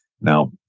Now